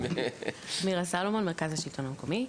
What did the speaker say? מירה סלומון, מרכז השלטון המקומי.